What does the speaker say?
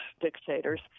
dictators